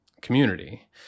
community